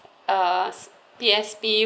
uh P_S_P